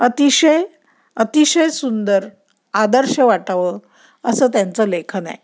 अतिशय अतिशय सुंदर आदर्श वाटावं असं त्यांचं लेखन आहे